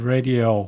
Radio